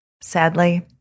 Sadly